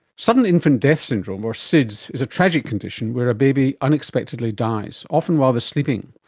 sudden infant death syndrome or sids is a tragic condition where a baby unexpectedly dies, often while they are sleeping.